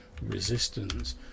resistance